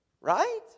Right